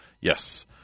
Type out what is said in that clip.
Yes